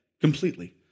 Completely